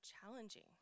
challenging